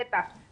בשטח,